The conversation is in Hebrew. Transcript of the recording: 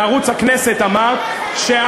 בערוץ הכנסת אמרת,